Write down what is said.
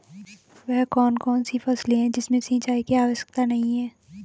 वह कौन कौन सी फसलें हैं जिनमें सिंचाई की आवश्यकता नहीं है?